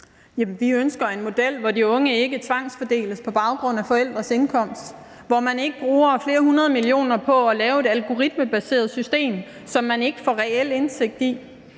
Vi ønsker en model, hvor de unge ikke tvangsfordeles på baggrund af forældrenes indkomst – hvor man ikke bruger flere hundrede millioner på at lave et algoritmebaseret system, som man ikke får reel indsigt i.